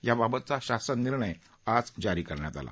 याबाबतचा शासननिर्णय आज जारी करण्यात आला